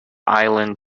island